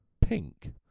pink